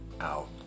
out